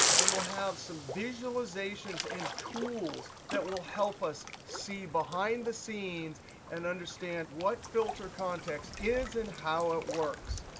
and we'll have some visualizations and tools that will help us see behind the scenes and understand what filter context is and how it works.